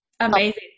Amazing